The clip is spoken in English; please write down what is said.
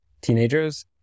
teenagers